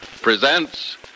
presents